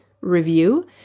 review